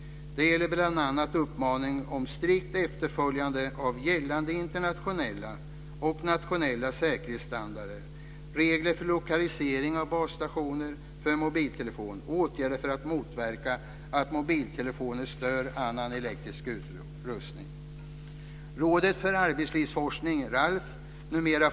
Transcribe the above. Det gäller bl.a. uppmaning om strikt efterföljande av gällande internationella och nationella säkerhetsstandarder, regler för lokalisering av basstationer för mobiltelefoni och åtgärder för att motverka att mobiltelefoner stör annan elektrisk utrustning.